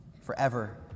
forever